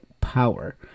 power